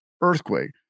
earthquake